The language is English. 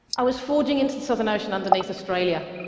i was forging into the southern ocean underneath australia.